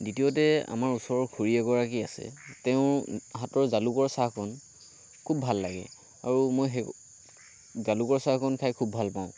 দ্বিতীয়তে আমাৰ ওচৰৰ খুড়ী এগৰাকী আছে তেওঁৰ হাতৰ জালুকৰ চাহকণ খুব ভাল লাগে অৰু মই সেই জালুকৰ চাহকণ খাই খুব ভাল পাওঁ